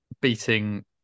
beating